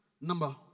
number